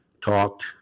talked